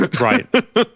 right